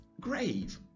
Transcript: grave